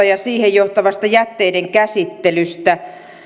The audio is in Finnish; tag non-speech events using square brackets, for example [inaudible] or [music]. [unintelligible] ja siihen johtavasta jätteidenkäsittelystä